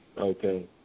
okay